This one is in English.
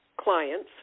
clients